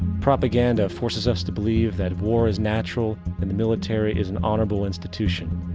propaganda forces us to believe that war is natural and the military is an honorable institution.